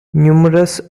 numerous